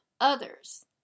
others